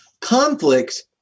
Conflict